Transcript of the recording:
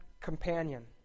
companion